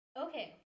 Okay